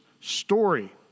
story